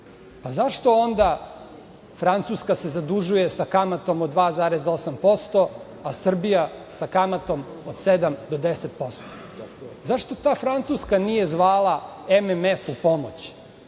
Zašto se onda Francuska zadužuje sa kamatom od 2,8%, a Srbija sa kamatom od 7 do 10%?Zašto ta Francuska nije zvala MMF u pomoć,